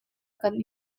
kan